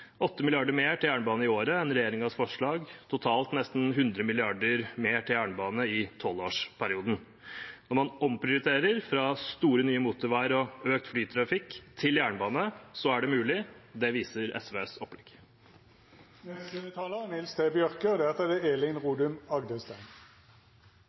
mer til jernbane i året enn regjeringens forslag, totalt nesten 100 mrd. kr mer til jernbane i tolvårsperioden. Når man omprioriterer fra store, nye motorveier og økt flytrafikk til jernbane, så er det mulig. Det viser SVs opplegg. Senterpartiet set liv og helse fyrst. Då må rassikring og